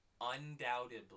undoubtedly